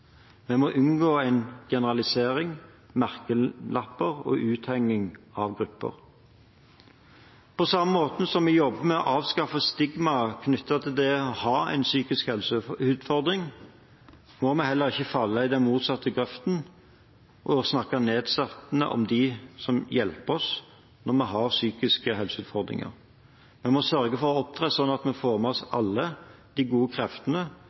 Vi må unngå generaliseringer, merkelapper og uthenging av grupper. På samme måte som vi jobber med å avskaffe stigmaet knyttet til det å ha en psykisk helseutfordring, må vi ikke falle i den motsatte grøften og snakke nedsettende om dem som hjelper oss når vi har psykiske helseutfordringer. Vi må sørge for å opptre slik at vi får med oss alle de gode kreftene